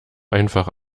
einfach